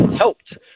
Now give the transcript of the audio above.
helped